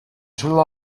july